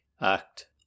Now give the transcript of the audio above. act